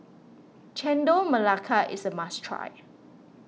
Chendol Melaka is a must try